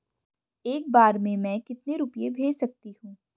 एक बार में मैं कितने रुपये भेज सकती हूँ?